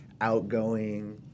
outgoing